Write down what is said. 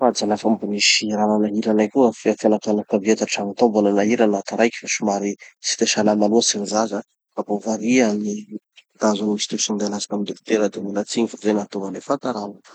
Azafady zalahy fa mbo nisy raha nanahira anay koa amy fiaina fianakavia tantragno tao mbo nanahira naha taraiky fa somary tsy de salama loatry gny zaza ka mbo varia gny nitazo sy nitrotro ninday anazy tamy dokotera de mialatsigny fa zay nahatonga any le fahatarana.